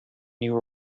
new